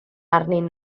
arnyn